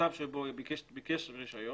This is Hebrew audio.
מצב שבו ביקש רישיון,